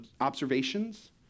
observations